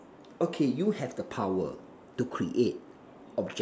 okay you have the power to create object